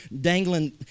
dangling